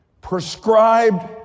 prescribed